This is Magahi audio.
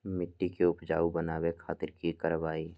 मिट्टी के उपजाऊ बनावे खातिर की करवाई?